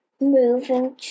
moving